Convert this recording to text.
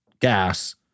gas